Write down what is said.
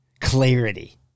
clarity